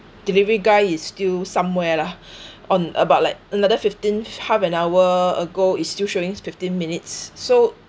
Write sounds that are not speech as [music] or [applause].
delivery guy is still somewhere lah [breath] on about like another fifteen half an hour ago it's still showing fifteen minutes so